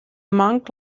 monk